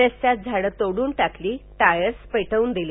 रस्त्यात झाडं तोडून टाकली टायर पेटवून दिले